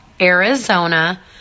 Arizona